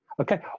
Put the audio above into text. Okay